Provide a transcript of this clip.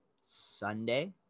Sunday